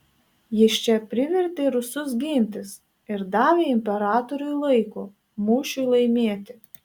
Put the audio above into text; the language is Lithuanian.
jis čia privertė rusus gintis ir davė imperatoriui laiko mūšiui laimėti